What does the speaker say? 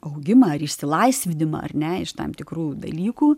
augimą ar išsilaisvinimą ar ne iš tam tikrų dalykų